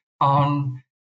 on